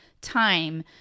time